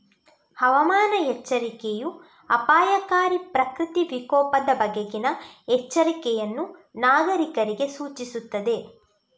ಹವಾಮಾನ ಎಚ್ಚರಿಕೆಯೂ ಅಪಾಯಕಾರಿ ಪ್ರಕೃತಿ ವಿಕೋಪದ ಬಗೆಗಿನ ಎಚ್ಚರಿಕೆಯನ್ನು ನಾಗರೀಕರಿಗೆ ಸೂಚಿಸುತ್ತದೆ